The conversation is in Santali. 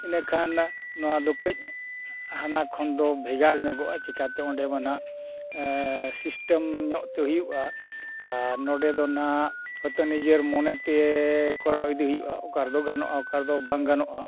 ᱮᱰᱮᱠᱷᱟᱱ ᱱᱚᱣᱟ ᱫᱚ ᱠᱟᱹᱡ ᱦᱟᱱᱟ ᱠᱷᱚᱱ ᱫᱚ ᱵᱷᱮᱜᱟᱨ ᱧᱚᱜᱚᱜᱚᱜᱼᱟ ᱦᱟᱸᱜ ᱪᱤᱠᱟᱹᱛᱮ ᱚᱸᱰᱮ ᱢᱟ ᱦᱟᱸᱜ ᱥᱤᱥᱴᱮᱢ ᱧᱚᱜ ᱛᱮ ᱦᱩᱭᱩᱜᱼᱟ ᱟᱨ ᱱᱚᱰᱮ ᱫᱚ ᱦᱟᱸᱜ ᱦᱳᱭᱛᱚ ᱱᱤᱡᱮᱨ ᱢᱚᱱᱮ ᱛᱮ ᱠᱚᱨᱟᱣ ᱤᱫᱤ ᱦᱩᱭᱩᱜᱼᱟ ᱚᱠᱟ ᱨᱮᱫᱚ ᱜᱟᱱᱚᱜᱼᱟ ᱚᱠᱟ ᱨᱮᱫᱚ ᱵᱟᱝ ᱜᱟᱱᱚᱜᱼᱟ